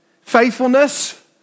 faithfulness